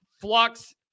flux